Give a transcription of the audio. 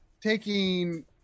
taking